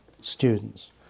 students